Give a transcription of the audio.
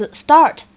start